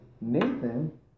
Nathan